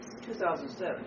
2007